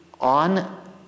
on